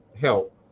help